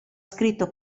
scritto